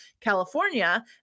California